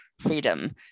freedom